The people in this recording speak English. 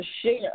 share